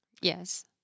Yes